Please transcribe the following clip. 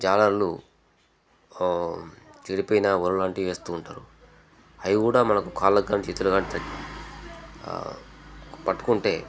జాలరులు చెడిపోయిన వలలు లాంటివి వేస్తూ ఉంటారు అయి కూడా మనకు కాళ్ళకు కాని చేతులకు కాని తా పట్టుకుంటే